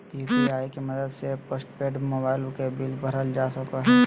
UPI के मदद से पोस्टपेड मोबाइल के बिल भरल जा सको हय